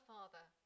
Father